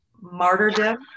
martyrdom